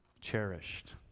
cherished